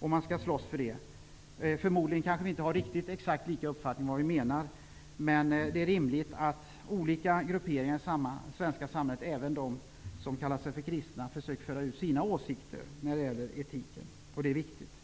och man skall slåss för den. Förmodligen har vi inte exakt lika uppfattning om detta, men det är rimligt att olika grupperingar i det svenska samhället, även de som kallar sig kristna, försöker föra ut sina åsikter när det gäller etiken. Det är viktigt.